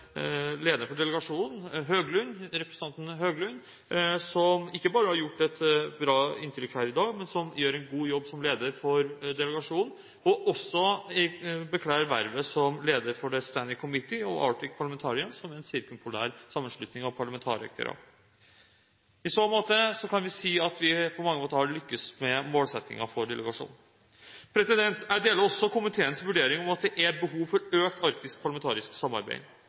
for delegasjonen, representanten Høglund, som ikke bare har gjort et bra inntrykk her i dag, men som gjør en god jobb som leder for delegasjonen, og som også bekler vervet som leder for The Standing Committee of Parlamentarians of the Arctic Region, som er en sirkumpolær sammenslutning av parlamentarikere. I så måte kan vi si at vi på mange måter har lyktes med målsettingen for delegasjonen. Jeg deler også komiteens vurdering at det er behov for økt arktisk parlamentarisk samarbeid.